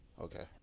Okay